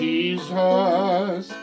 Jesus